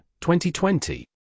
2020